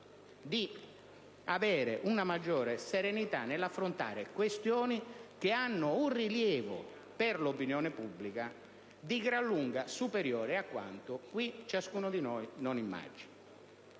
anche una maggiore serenità nell'affrontare questioni che hanno un rilievo per l'opinione pubblica di gran lunga superiore a quanto ciascuno di noi immagina.